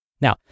Now